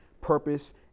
purpose